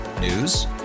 News